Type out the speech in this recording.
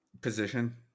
position